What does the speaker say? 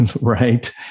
right